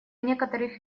некоторых